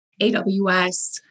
AWS